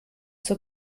zur